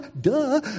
Duh